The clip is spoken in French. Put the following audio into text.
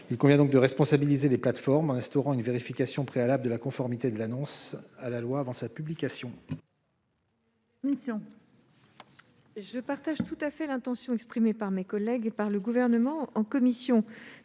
Il convient donc de responsabiliser les plateformes en instaurant une vérification préalable de la conformité de l'annonce à la loi avant sa publication.